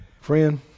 Friend